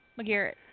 McGarrett